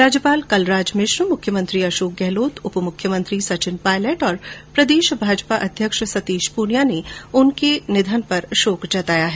राज्यपाल कलराज मिश्र मुख्यमंत्री अशोक गहलोत उपमुख्यमंत्री सचिन पायलट और प्रदेश भाजपा अध्यक्ष सतीश पूनिया ने उनके निधन पर संवेदना व्यक्त की है